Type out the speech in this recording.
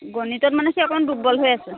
গণিতত মানে সি অকণ দুৰ্বল হৈ আছে